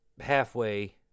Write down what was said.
halfway